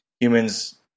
Humans